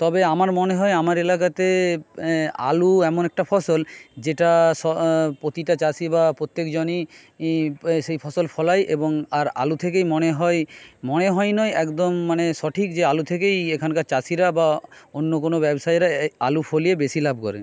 তবে আমার মনে হয় আমার এলাকাতে আলু এমন একটা ফসল যেটা প্রতিটা চাষি বা প্রত্যেকজনই সেই ফসল ফলায় এবং আর আলু থেকেই মনে হয় মনে হয় নয় একদম মানে সঠিক যে আলু থেকেই এখানকার চাষিরা বা অন্য কোনো ব্যবসায়ীরা আলু ফলিয়ে বেশি লাভ করে